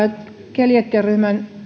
keliakiaryhmän